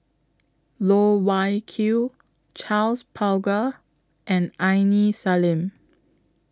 Loh Wai Kiew Charles Paglar and Aini Salim